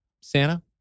Santa